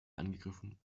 angegriffen